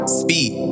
speed